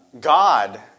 God